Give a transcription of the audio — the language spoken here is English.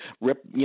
rip